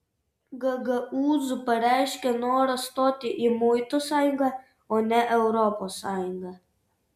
gagaūzų pareiškė norą stoti į muitų sąjungą o ne europos sąjungą